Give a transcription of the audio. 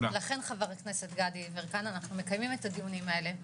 לכן אנחנו מקיימים את הדיונים האלה,